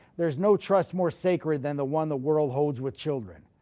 there's no trust more sacred than the one the world holds with children,